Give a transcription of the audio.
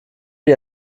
wie